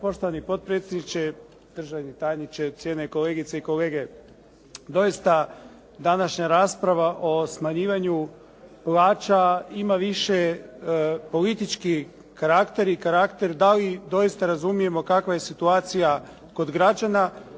Poštovani potpredsjedniče, državni tajniče, cijenjene kolegice i kolege. Doista, današnja rasprava o smanjivanju plaća ima više politički karakter i karakter da li doista razumijemo kakva je situacija kod građana,